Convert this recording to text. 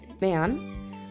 man